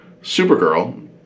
Supergirl